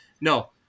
No